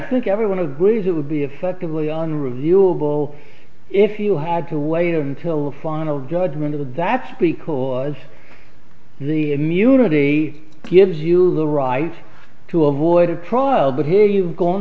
think everyone agrees it would be effectively on reviewable if you had to wait until the final judgment of that's because the immunity gives you the right to avoid a trial but here you've gone